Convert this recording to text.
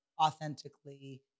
authentically